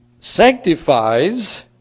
sanctifies